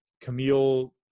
Camille